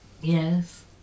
Yes